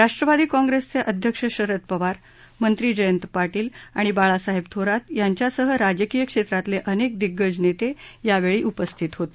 राष्ट्रवादी काँप्रेसचे अध्यक्ष शरद पवार मंत्री जयंत पाटील आणि बाळासाहेब थोरात यांच्यासह राजकीय क्षेत्रातले अनेक दिग्गज नेते यावेळी उपस्थित होते